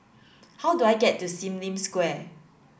how do I get to Sim Lim Square